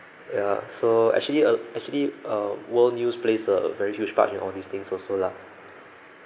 ya so actually uh actually uh world news plays a very huge part in all these things also lah